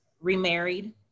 remarried